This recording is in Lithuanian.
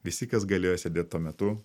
visi kas galėjo sėdėt tuo metu